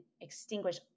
extinguish